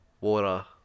water